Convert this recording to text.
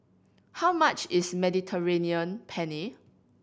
how much is Mediterranean Penne